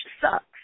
sucks